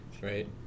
right